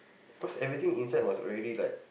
cause everything inside was already like